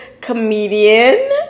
comedian